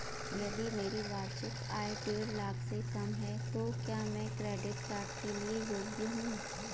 यदि मेरी वार्षिक आय देढ़ लाख से कम है तो क्या मैं क्रेडिट कार्ड के लिए योग्य हूँ?